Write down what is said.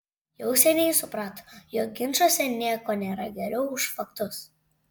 jau seniai suprato jog ginčuose nieko nėra geriau už faktus